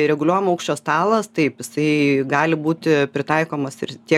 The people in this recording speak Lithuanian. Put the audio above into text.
reguliuojamo aukščio stalas taip jisai gali būti pritaikomas ir tiek